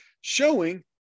showing